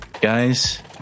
Guys